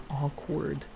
awkward